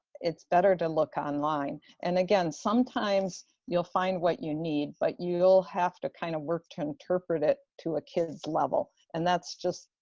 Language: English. it's better to look online, and again, sometimes you'll find what you need, but you'll have to kind of work to interpret it to a kid's level and that's just,